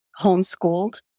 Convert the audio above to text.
homeschooled